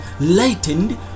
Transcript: lightened